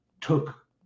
took